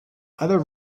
other